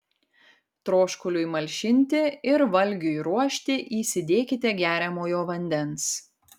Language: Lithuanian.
troškuliui malšinti ir valgiui ruošti įsidėkite geriamojo vandens